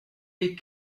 les